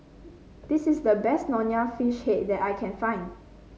this is the best Nonya Fish Head that I can find